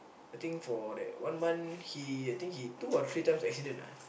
I think for that one month he I think he two or three times accident ah